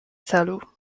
celu